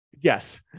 Yes